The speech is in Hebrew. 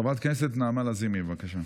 חברת הכנסת נעמה לזימי, בבקשה.